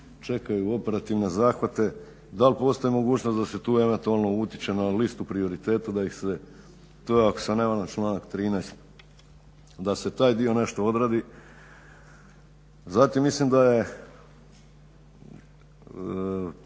čekaju operativne zahvate dal' postoji mogućnost da se tu eventualno utiče na listu prioriteta da ih se, to je ako se ne varam članak 13., da se taj dio nešto odradi. Zatim mislim da je